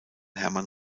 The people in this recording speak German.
hermann